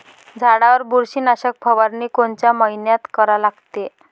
झाडावर बुरशीनाशक फवारनी कोनच्या मइन्यात करा लागते?